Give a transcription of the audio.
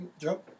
Joe